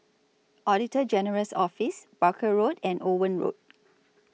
Auditor General's Office Barker Road and Owen Road